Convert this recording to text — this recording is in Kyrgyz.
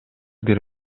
бир